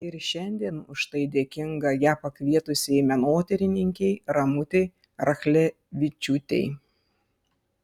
ir šiandien už tai dėkinga ją pakvietusiai menotyrininkei ramutei rachlevičiūtei